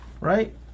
Right